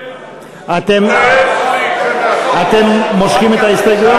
אתם מושכים את ההסתייגויות?